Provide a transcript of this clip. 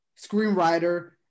screenwriter